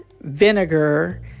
vinegar